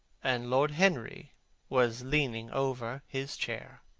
and lord henry was leaning over his chair.